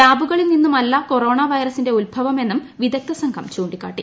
ലാബുകളിൽ നിന്നുമല്ല കൊറോണ വൈറസിന്റെ ഉത്ഭവം എന്നും വിദഗ്ദ്ധ സംഘം ചൂണ്ടിക്കാട്ടി